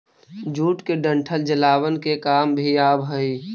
jute के डंठल जलावन के काम भी आवऽ हइ